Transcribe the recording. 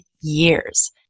years